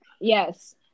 Yes